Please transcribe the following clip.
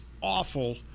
awful